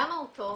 למה הוא טוב?